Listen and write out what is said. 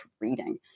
reading